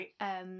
Right